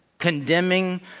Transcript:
condemning